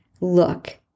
look